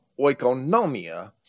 oikonomia